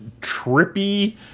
trippy